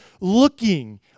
looking